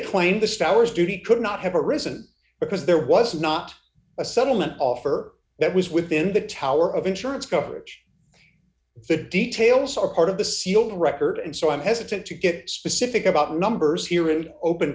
claim the souers duty could not have arisen because there was not a settlement offer that was within the tower of insurance coverage the details are part of the sealed record and so i'm hesitant to get specific about numbers here in open